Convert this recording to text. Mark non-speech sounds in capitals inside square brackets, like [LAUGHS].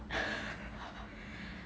[BREATH] [LAUGHS]